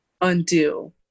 undo